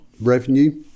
revenue